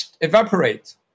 evaporate